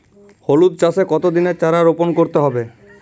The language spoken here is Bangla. হলুদ চাষে কত দিনের চারা রোপন করতে হবে?